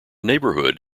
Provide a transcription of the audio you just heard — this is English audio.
neighborhood